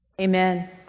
Amen